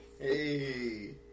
Hey